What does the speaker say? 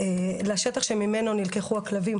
אלא לשטח שממנו נלקחו הכלבים.